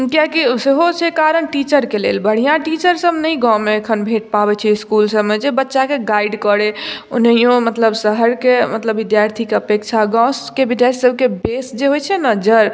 किएक कि सेहो छै कारण टीचरके लेल बढ़िआँ टीचर सब नहि गाँवमे एखन भेट पाबय छै इसकुल सबमे जे बच्चाके गाइड करय ओनैहियो मतलब शहरके मतलब विद्यार्थीके अपेक्षा गाँवके विद्यार्थी सबके बेस जे होइ छै ने जड़